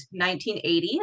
1980